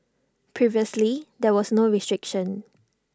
previously there was no restriction